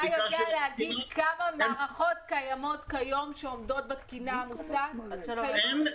אתה יודע להגיד כמה מערכות קיימות עומדות בתקינה המוצעת היום?